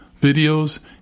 videos